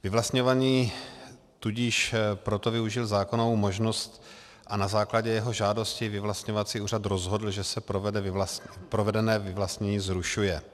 Vyvlastňovaný tudíž proto využil zákonnou možnost a na základě jeho žádosti vyvlastňovací úřad rozhodl, že se provedené vyvlastnění zrušuje.